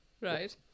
Right